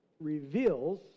reveals